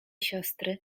siostry